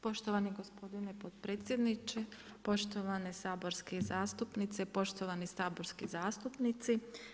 Poštovani gospodine potpredsjedniče, poštovane saborske zastupnice, poštovani saborski zastupnici.